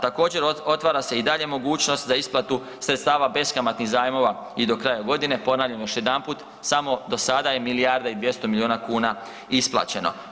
Također otvara se i dalje mogućnost za isplatu sredstava beskamatnih zajmova i do kraja godine, ponavljam još jedanput samo do sada je milijarda i 200 miliona kuna isplaćeno.